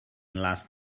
last